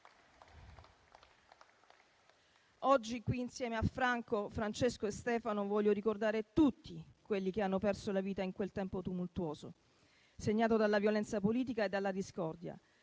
Oggi qui, insieme a Franco, Francesco e Stefano, voglio ricordare tutti quelli che hanno perso la vita in quel tempo tumultuoso, segnato dalla violenza politica e dalla discordia,